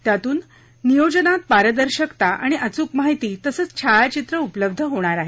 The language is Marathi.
त्यातून नियोजनात पारदर्शकता आणि अचूक माहिती तसेच छायाचित्रं उपलब्ध होणार आहेत